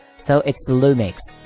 so its lumx.